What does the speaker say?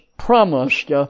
promised